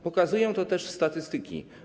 Pokazują to też statystyki.